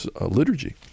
liturgy